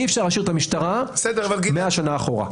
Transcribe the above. אי אפשר להשאיר את המשטרה 100 שנה אחורה.